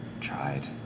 tried